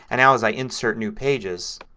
and now as i insert new pages,